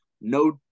No